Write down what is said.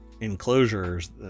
enclosures